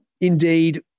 indeed